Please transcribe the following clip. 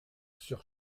sur